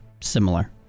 similar